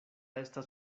estas